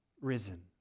risen